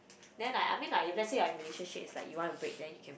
then like I mean like if let's say our relationship is like you want to break then you can